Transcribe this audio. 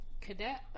Cadet